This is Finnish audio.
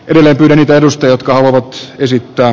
edelleen perustelutkaan vox esittää